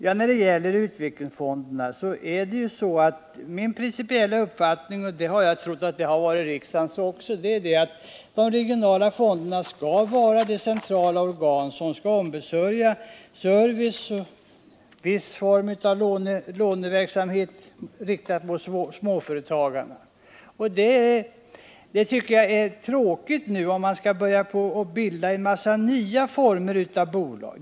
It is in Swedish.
Min principiella uppfattning när det gäller utvecklingsfonderna — och det trodde jag var riksdagens också — är att de regionala fonderna skall vara de centrala organ som ombesörjer service och viss form av låneverksamhet riktad mot småföretagarna. Jag tycker det är tråkigt om man nu skall börja bilda nya typer av bolag.